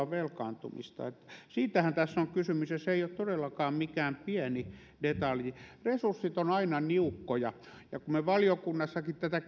velkaantumista siitähän tässä on kysymys ja se ei ole todellakaan mikään pieni detalji resurssit ovat aina niukkoja kun me valiokunnassakin tätä